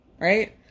right